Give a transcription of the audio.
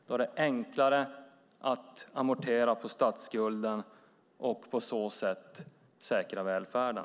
Då är det enklare att amortera på statsskulden och på så sätt säkra välfärden.